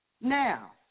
Now